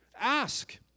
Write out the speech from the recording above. Ask